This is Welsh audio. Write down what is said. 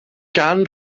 gan